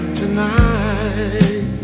tonight